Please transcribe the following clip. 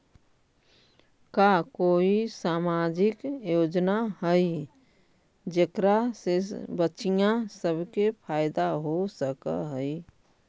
का कोई सामाजिक योजना हई जेकरा से बच्चियाँ सब के फायदा हो सक हई?